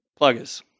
pluggers